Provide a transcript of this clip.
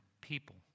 people